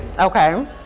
Okay